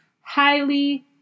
highly